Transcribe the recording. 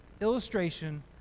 illustration